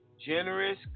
generous